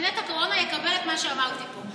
שקבינט הקורונה יקבל את מה שאמרתי פה.